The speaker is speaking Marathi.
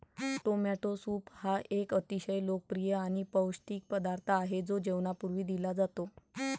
टोमॅटो सूप हा एक अतिशय लोकप्रिय आणि पौष्टिक पदार्थ आहे जो जेवणापूर्वी दिला जातो